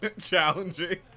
Challenging